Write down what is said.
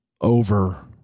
over